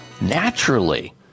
naturally